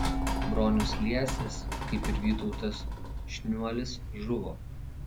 bronius liesis kaip ir vytautas šniuolis žuvo